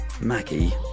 Maggie